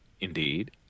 Indeed